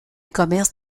commerce